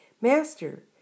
Master